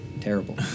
Terrible